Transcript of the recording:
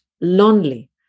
lonely